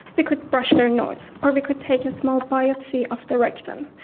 but could brush their nose, or we could take a small biopsy of the rectum.